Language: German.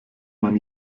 man